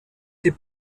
die